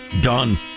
Done